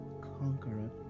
conqueror